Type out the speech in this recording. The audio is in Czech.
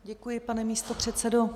Děkuji, pane místopředsedo.